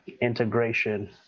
integration